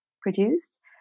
produced